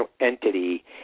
entity